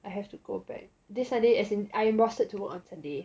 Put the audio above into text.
I have to go back this sunday as in I am rostered to work on sunday